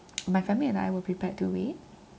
my family and I were prepared to wait